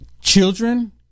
children